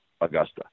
Augusta